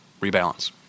rebalance